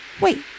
Wait